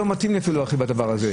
לא מתאים לי אפילו להרחיב בדבר הזה.